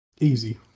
Easy